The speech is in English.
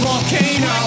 Volcano